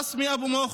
רסמי אבו מוח',